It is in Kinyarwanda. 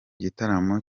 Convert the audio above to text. gitaramo